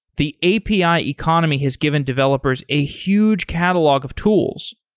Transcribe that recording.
the api economy has given developers a huge catalog of tools.